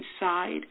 inside